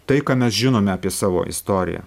tai ką mes žinome apie savo istoriją